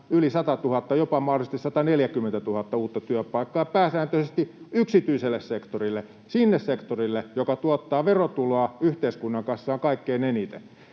yli 100 000, mahdollisesti jopa 140 000, uutta työpaikkaa ja pääsääntöisesti yksityiselle sektorille, sinne sektorille, joka tuottaa verotuloa yhteiskunnan kassaan kaikkein eniten.